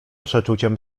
przeczuciem